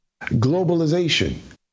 globalization